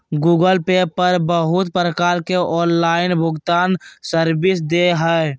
Google Pay पर बहुत प्रकार के ऑनलाइन भुगतान सर्विस दे हय